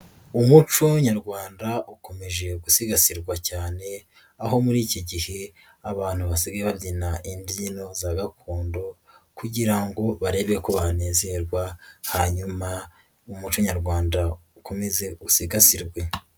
Umuco nyarwanda ukomeje gusigasirwa cyane, aho muri iki gihe, abantu basigaye babyina imbyino za gakondo kugira ngo barebe ko banezerwa, hanyuma umuco nyarwanda ukomeze usigasirwe.